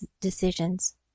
decisions